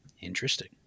Interesting